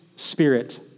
spirit